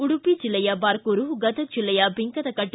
ಉಡುಪಿ ಜಿಲ್ಲೆಯ ಬಾರ್ಕೂರು ಗದಗ್ ಜಿಲ್ಲೆಯ ಬಿಂಕದಕಟ್ಟ